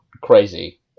crazy